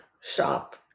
shop